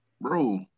Bro